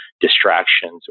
distractions